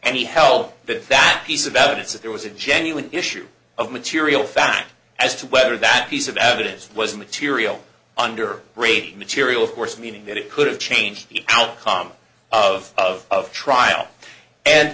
any help that that piece of evidence that there was a genuine issue of material fact as to whether that piece of evidence was material under great material of course meaning that it could have changed the outcome of trial and